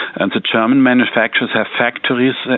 and the german manufacturers have factories,